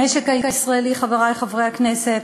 המשק הישראלי, חברי חברי הכנסת,